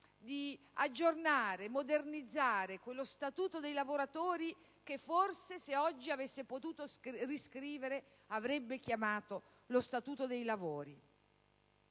di aggiornare e di modernizzazione quello Statuto dei lavoratori che forse, se oggi avesse potuto riscrivere, avrebbe chiamato Statuto dei lavori.